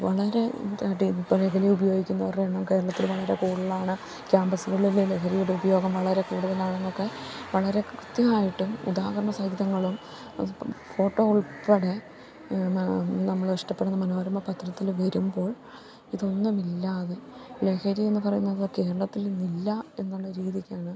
ഇപ്പോള് ലഹരി ഉപയോഗിക്കുന്നവരുടെ എണ്ണം കേരളത്തില് വളരെ കൂടുതലാണ് ക്യാമ്പസുകളിലെ ലഹരിയുടെ ഉപയോഗം വളരെ കൂടുതലാണെന്നൊക്കെ വളരെ കൃത്യമായിട്ടും ഉദാഹരണ സഹിതങ്ങളും അതിപ്പോള് ഫോട്ടോ ഉൾപ്പെടെ നമ്മള് ഇഷ്ടപ്പെടുന്ന മനോരമ പത്രത്തില് വരുമ്പോൾ ഇതൊന്നുമില്ലാതെ ലഹരി എന്നു പറയുന്നത് കേരളത്തിലിന്നില്ല എന്നുള്ള രീതിക്കാണ്